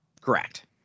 Correct